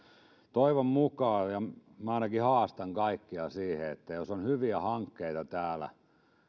toivon ja minä ainakin haastan kaikkia siihen että jos on hyviä hankkeita täällä